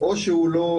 או שהוא לא